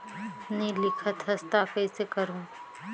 नी लिखत हस ता कइसे करू?